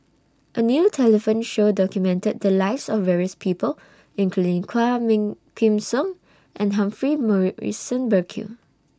A New television Show documented The Lives of various People including Quah Kim Song and Humphrey Morrison Burkill